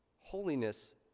Holiness